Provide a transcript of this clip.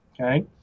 Okay